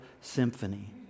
symphony